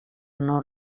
non